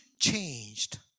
changed